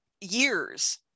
years